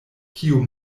kiu